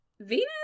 Venus